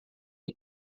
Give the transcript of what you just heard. que